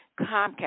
Comcast